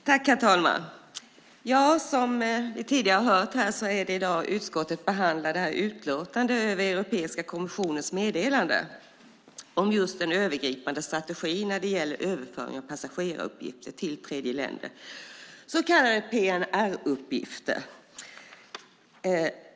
Herr talman! Som vi tidigare hört här behandlas i dag utskottets utlåtande över Europeiska kommissionens meddelande om en övergripande strategi för överföring av passageraruppgifter till tredjeländer, så kallade PNR-uppgifter.